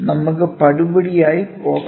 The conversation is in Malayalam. നമുക്ക് പടിപടിയായി പോകാം